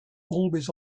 always